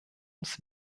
uns